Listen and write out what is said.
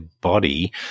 body